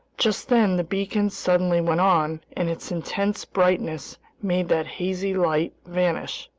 just then the beacon suddenly went on, and its intense brightness made that hazy light vanish.